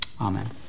amen